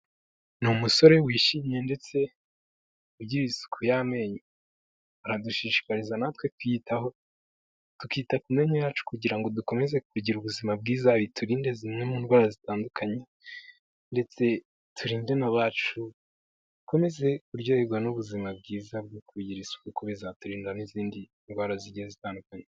Ni umusore wishimye ndetse ugira isuku y'amenyo, aradushishikariza natwe kuyitaho, tukita ku myanya yacu kugira ngo dukomeze kugira ubuzima bwiza, biturindade zimwe mu ndwara zitandukanye, ndetse turinde n'abacu, dukomeze kuryoherwa n'ubuzima bwiza bwo kugira isuku, kuko bizaturinda n'izindi ndwara zigiye zitandukanye.